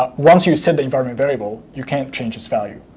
um once you set the environment variable, you can't change its value.